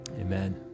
amen